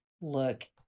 look